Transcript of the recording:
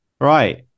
right